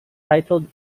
titled